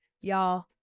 Y'all